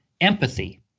empathy